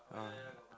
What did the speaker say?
ah